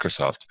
Microsoft